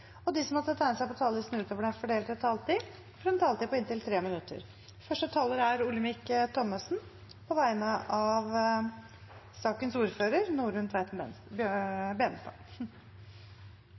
og de som måtte tegne seg på talerlisten utover den fordelte taletid, får en taletid på inntil 3 minutter.